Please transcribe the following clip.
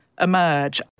emerge